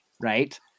right